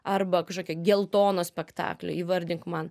arba kažkokio geltono spektaklio įvardink man